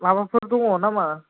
माबाफोर दङ नामा